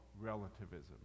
relativism